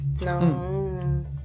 No